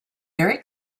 very